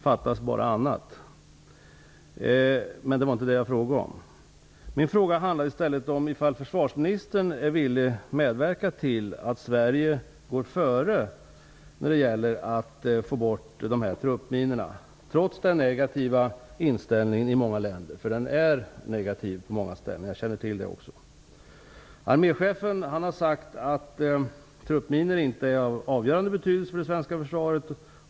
Fattas bara annat! Men det var inte detta som jag frågade om. Min fråga handlade i stället om ifall försvarsministern är villig att medverka till att Sverige går före när det gäller att få bort dessa truppminor, trots den negativa inställningen i många länder - jag känner till att inställningen på många ställen är negativ. Arméchefen har sagt att truppminor inte är av avgörande betydelse för det svenska försvaret.